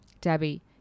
Debbie